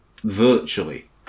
virtually